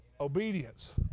Obedience